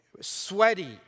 sweaty